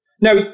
Now